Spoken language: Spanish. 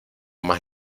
más